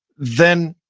then